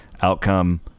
outcome